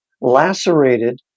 lacerated